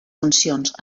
funcions